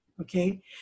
okay